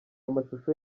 amashusho